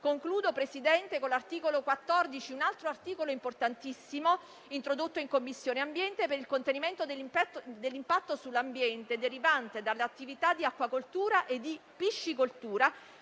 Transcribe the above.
Concludo, signor Presidente, con un altro articolo importantissimo, il 14, introdotto in Commissione ambiente per il contenimento dell'impatto sull'ambiente derivante dalle attività di acquacoltura e di piscicoltura,